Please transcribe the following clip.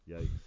Yikes